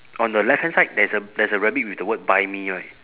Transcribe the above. on the left hand side there's a there's a rabbit with the word buy me right